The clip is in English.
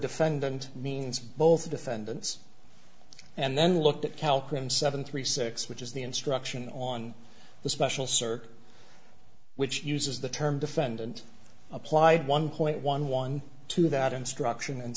defendant means both defendants and then looked at calkins seven three six which is the instruction on the special circuit which uses the term defendant applied one point one one to that instruction and